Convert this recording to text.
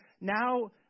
now